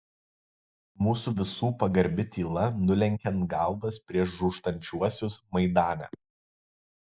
mūsų visų pagarbi tyla nulenkiant galvas prieš žūstančiuosius maidane